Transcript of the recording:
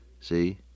See